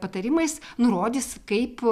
patarimais nurodys kaip